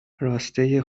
راسته